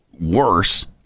worse